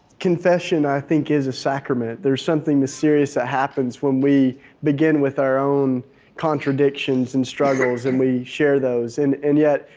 confession, i think, is a sacrament. there's something mysterious that happens when we begin with our own contradictions and struggles and we share those. and and yet,